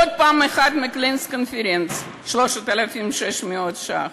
ועוד אחת של Claims Conference, 3,600 ש"ח.